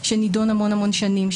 שנידון המון המון שנים,